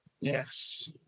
Yes